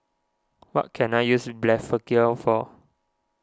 what can I use Blephagel for